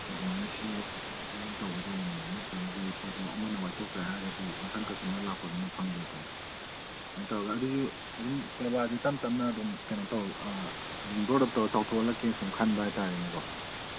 ꯑꯗꯨꯃꯥꯏꯅ ꯁꯤꯟꯒꯦ ꯁꯤꯟꯗꯣꯛ ꯁꯤꯟꯖꯤꯟ ꯇꯧꯒꯦ ꯇꯧꯕꯅꯦꯕ ꯅꯠꯇ꯭ꯔꯒꯗꯤ ꯄꯣꯠꯇꯣ ꯑꯃꯅ ꯋꯥꯏꯊꯣꯛꯈ꯭ꯔꯦ ꯍꯥꯏꯔꯒꯗꯤ ꯃꯊꯪ ꯀꯁꯇꯃꯔ ꯂꯥꯛꯄꯗꯨꯅ ꯐꯪꯗ꯭ꯔꯦꯗꯅ ꯑꯗꯨꯃꯥꯏꯅ ꯇꯧꯔꯒ ꯑꯗꯨꯁꯨ ꯑꯗꯨꯝ ꯀꯥꯔꯕꯥꯔꯁꯦ ꯇꯞꯅ ꯇꯞꯅ ꯑꯗꯨꯝ ꯀꯩꯅꯣ ꯇꯧ ꯑꯗꯨꯝ ꯒ꯭ꯔꯣꯠ ꯑꯞ ꯇꯧꯔꯒ ꯆꯥꯎꯊꯣꯛꯍꯜꯂꯛꯀꯦ ꯁꯨꯝ ꯈꯟꯕ ꯍꯥꯏꯕ ꯇꯥꯔꯦꯅꯦꯀꯣ